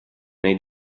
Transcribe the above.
nei